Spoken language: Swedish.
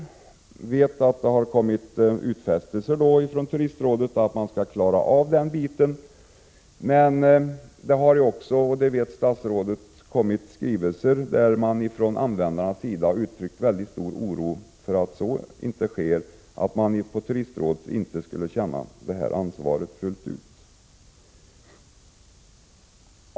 Jag vet att det har kommit utfästelser från Turistrådet om att man skall klara av den biten, men det har också — det vet statsrådet — kommit skrivelser där användarna har uttryckt väldigt stor oro för att så inte sker, för att man på Turistrådet inte skulle känna ansvaret fullt ut.